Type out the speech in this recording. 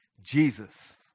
Jesus